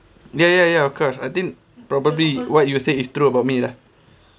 ya ya ya of course I think probably what you say is true about me lah